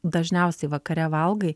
dažniausiai vakare valgai